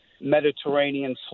Mediterranean